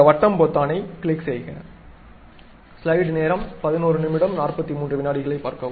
இந்த வட்டம் பொத்தானை கிளிக் செய்க